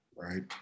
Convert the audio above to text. right